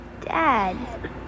Dad